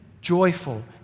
joyful